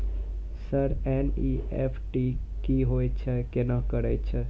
Sir NEFT की होय छै, केना करे छै?